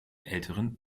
älteren